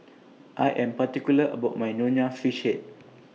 I Am particular about My Nonya Fish Head